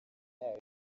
yayo